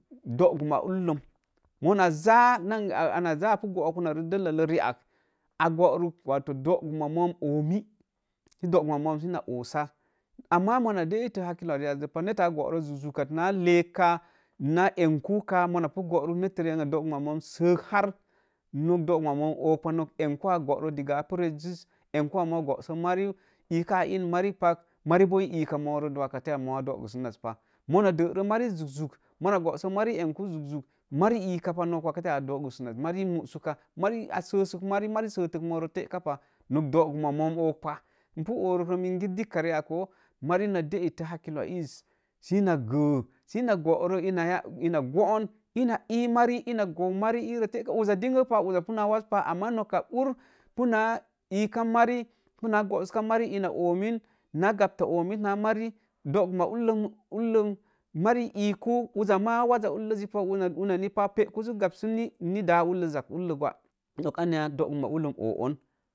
Doogum ma uhləm, mona jaa nan gə a pu boo unirə dellalə riak a goruk, wato doogum moom oomi sə doogum moon sə na oosa, ama mona pa de itə hakilo a riaz zo pa, netta boro zuk-zuk kat, naa leek kaa naa enku kaa, mona pu booruk nettə rii an ak, doogum ma moom sək har nok doogum moon oopa, nok enku a booro digga apu ressəs, enku a moo a boosə mari, ii kaa a ii mari pale mari boo ii iika moo pah mari boo ii e̱e wakatə moo a doogum sun nas pah, mona derə mari zuk-zuk, mona bosə mari enku zuk-zuk, mari ee ii ka pa, nok wakate moo doogusun nak pa mari muusule sə ka, a səsək mari, mari musuka moore tekapa, nok doogum moom oopah, n pu o̱o̱ruk rōō minge dikka rii ak ko̱o̱, mari na deetə hakilōō i̱i̱z, si ina gəə si ina go̱o̱ro ina yaa, ina goon, ii mari, ina gou mari ii rə teka uzza dingə pa̱, pu naa wazpa, ama noka ur puna ii ka mari puna goosə ka mari ina oomen naa gabta ōo mit naa mari doogum ulləm mari ii ku, uza maa waza ulləz pa, uni pa pe̱eku sə gabsu ni daa ulləz zaz ullə gwa, nok anya doo gum ulləm ōō ōn